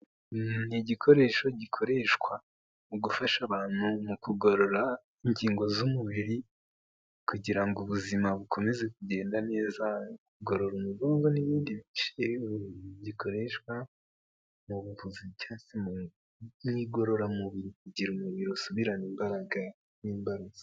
Ni igikoresho gikoreshwa mu gufasha abantu mu kugorora ingingo z'umubiri kugira ngo ubuzima bukomeze kugenda neza ku gorora umugongo n'ibindi bice gikoreshwa mu buvuzi cyangwa se mu igororamubiri kugira umubiri usubirana imbaraga n'imbarutso.